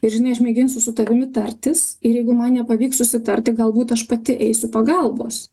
ir žinai aš mėginsiu su tavimi tartis ir jeigu man nepavyks susitarti galbūt aš pati eisiu pagalbos